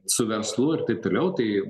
su verslu ir taip toliau tai